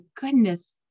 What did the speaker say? goodness